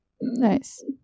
Nice